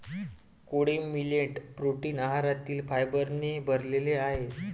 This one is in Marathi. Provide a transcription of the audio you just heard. कोडो मिलेट प्रोटीन आहारातील फायबरने भरलेले आहे